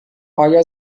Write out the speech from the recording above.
آیا